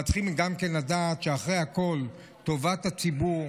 אבל צריכים גם כן לדעת שאחרי הכול טובת הציבור